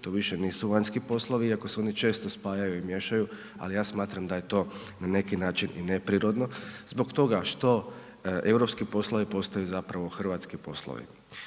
to više nisu vanjski poslovi iako se oni često spajaju i miješaju, al ja smatram da je to na neki način i neprirodno zbog toga što europski poslovi postaju zapravo hrvatski poslovi.